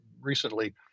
recently